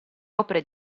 opere